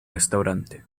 restaurante